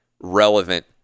relevant